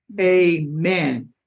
Amen